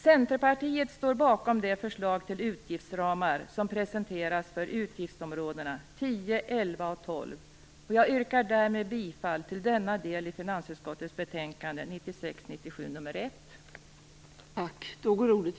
Centerpartiet står bakom det förslag till utgiftsramar som presenterades för utgiftsområdena 10,11 och 12, och jag yrkar därmed bifall till denna del i finansutskottets betänkande 1996/97:FiU1.